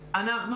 בוודאי.